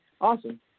Awesome